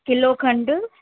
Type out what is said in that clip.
kilo खंडु